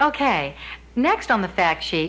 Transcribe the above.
and k next on the fact she